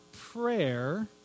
prayer